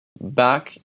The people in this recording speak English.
Back